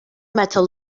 metal